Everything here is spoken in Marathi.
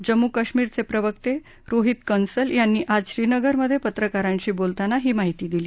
जम्मू काश्मीरचे प्रवक्ते रोहित कंसल यांनी आज श्रीनगरमध्ये पत्रकारांशी बोलताना ही माहिती दिली